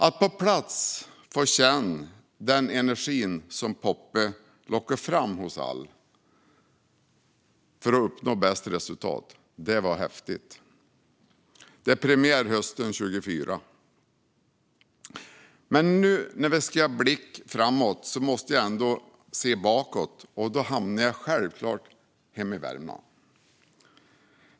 Att på plats få känna den energi som Poppe lockar fram hos alla för att uppnå bästa resultat var häftigt. Premiären är hösten 2024. När vi ska blicka framåt måste jag ändå se bakåt och hamnar då självklart hemma i Värmland.